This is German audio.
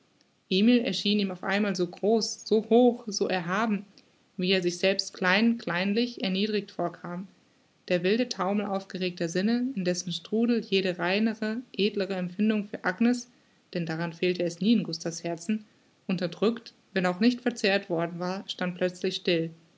emil erschien ihm auf einmal so groß so hoch so erhaben wie er sich selbst klein kleinlich erniedrigt vorkam der wilde taumel aufgeregter sinne in dessen strudel jede reinere edlere empfindung für agnes denn daran fehlte es nie in gustav's herzen unterdrückt wenn auch nicht verzehrt worden war stand plötzlich still